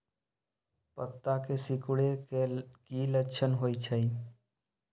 पत्ता के सिकुड़े के की लक्षण होइ छइ?